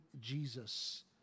Jesus